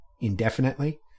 indefinitely